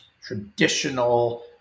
traditional